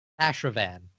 Ashravan